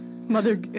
Mother